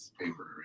paper